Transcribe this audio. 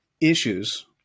issues